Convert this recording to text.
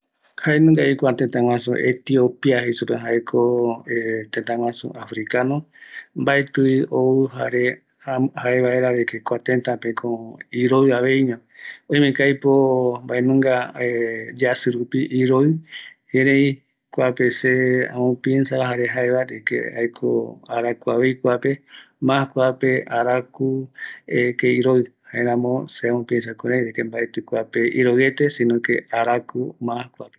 jaenunga vi kua tëtä guaju Etiopia jei supeva, jaeko tëtä guaju Africano, mbatï ou jare jae vaera de que kua tëtäpeko iroïaveiño, oimeko aipo maendunga yaji rupi iroï, erei kuape see, amo piensa jare ajeva de que aipo arakuavei kuape, mas kuape araku, que iroï, jaeramo yamo piensa kurai mnaetï iroïete, si no que araku mas.